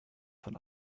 von